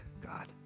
God